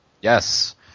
Yes